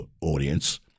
audience